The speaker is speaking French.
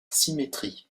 symétrie